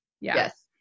yes